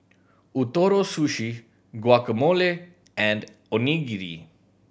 Ootoro Sushi Guacamole and Onigiri